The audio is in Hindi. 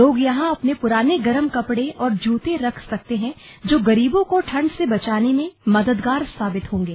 लोग यहां अपने पुराने गरम कपड़े और जूते रख सकते हैं जो गरीबों को ठंड से बचाने में मददगार साबित होंगे